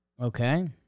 Okay